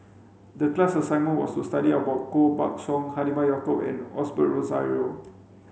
the class assignment was to study about Koh Buck Song Halimah Yacob and Osbert Rozario